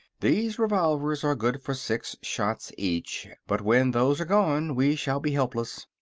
these revolvers are good for six shots each, but when those are gone we shall be helpless.